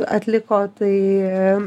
atliko tai